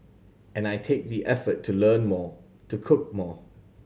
and I take the effort to learn more to cook more